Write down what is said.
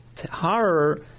horror